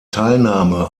teilnahme